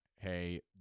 hey